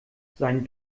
sein